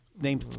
Name